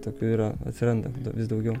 tokių yra atsiranda vis daugiau